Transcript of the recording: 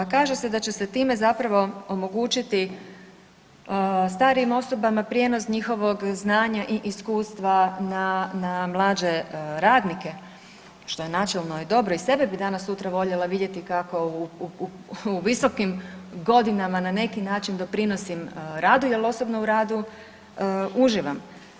Kaže se da će se time zapravo omogućiti starijim osobama prijenos njihovog znanja i iskustva na, na mlađe radnike, što je načelno i dobro, i sebe bi danas sutra voljela vidjeti kako u visokim godinama na neki način doprinosim radu jel osobno u radu uživam.